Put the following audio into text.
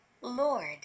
Lord